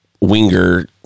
winger